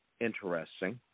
interesting